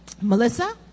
Melissa